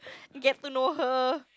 get to know her